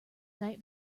night